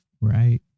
Right